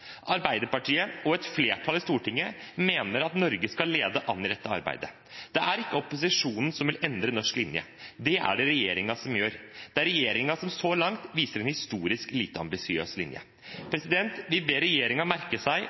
Arbeiderpartiet og et flertall i Stortinget mener at Norge skal lede an i dette arbeidet. Det er ikke opposisjonen som vil endre norsk linje, det er det regjeringen som gjør. Det er regjeringen som så langt viser en historisk lite ambisiøs linje. Vi ber regjeringen merke seg at i denne saken har de et flertall mot seg.